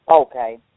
Okay